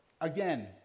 Again